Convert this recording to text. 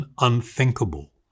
unthinkable